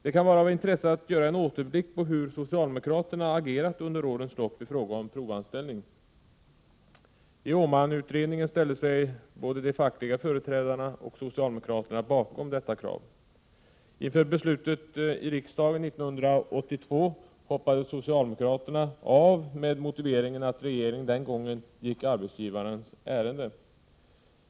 Det kan vara av intresse att göra en återblick för att se hur socialdemokraterna har agerat under årens lopp i frågan om provanställning. I Åmanutredningen ställde sig både de fackliga företrädarna och socialdemokraterna bakom kravet på denna anställningsform. Inför beslutet i riksdagen 1982 hoppade socialdemokraterna av med motiveringen att regeringen den gången gick arbetsgivarnas ärende.